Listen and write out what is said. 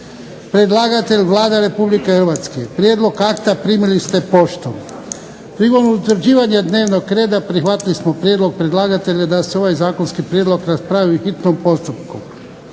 Predlagatelj Vlada Republike Hrvatske. Prijedlog akta primili ste poštom. Prigodom utvrđivanja dnevnog reda prihvatili smo prijedlog predlagatelja da se ovaj zakonski prijedlog raspravi u hitnom postupku.